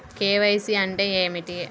KYC అంటే ఏమిటి?